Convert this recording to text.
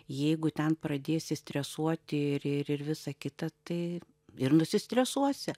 jeigu ten pradėsi stresuoti ir ir ir visa kita tai ir nusistresuosi